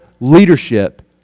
leadership